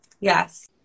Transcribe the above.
Yes